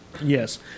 Yes